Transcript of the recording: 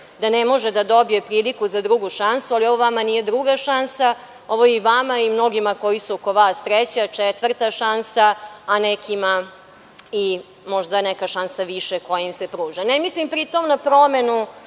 da ne može da dobije priliku za drugu šansu, ali ovo vama nije druga šansa, ovo je vama i mnogima koji su oko vas treća, četvrta šansa, a nekima i možda neka šansa više koja im se pruža. Ne mislim pritom na promenu